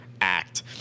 act